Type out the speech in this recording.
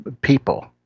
people